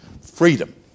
Freedom